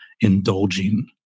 indulging